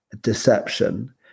deception